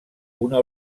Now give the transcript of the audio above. una